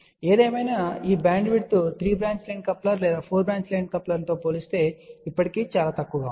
ఏదేమైనా ఈ bandwidth 3 branch line coupler లేదా 4 బ్రాంచ్ లైన్ కప్లర్తో పోలిస్తే ఇప్పటికీ చాలా తక్కువగా ఉంది